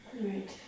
right